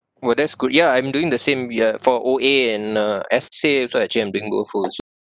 !wah! that's good yeah I'm doing the same year ya for O_A and uh S say also I